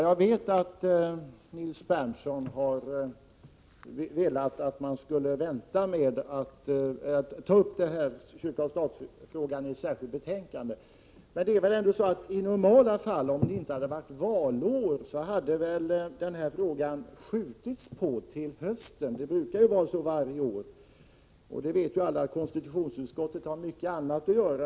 Jag vet att Nils Berndtson har velat att vi skulle vänta med att ta upp kyrka-stat-frågan och ta upp den i ett särskilt betänkande. Men om det inte hade varit valår hade vi väl skjutit på den här frågan till hösten — i normala fall brukar det ju vara så: alla vet ju att konstitutionsutskottet har mycket annat att göra.